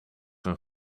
een